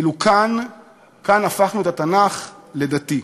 ואילו כאן הפכנו את התנ"ך לדתי.